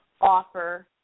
offer